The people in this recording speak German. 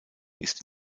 ist